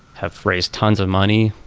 have raised tons of money,